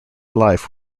life